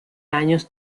años